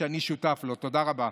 תודה רבה.